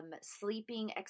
sleeping